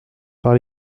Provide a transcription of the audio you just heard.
par